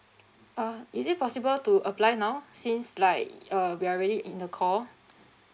uh is it possible to apply now since like uh we are really in the call